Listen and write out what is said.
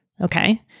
Okay